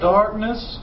Darkness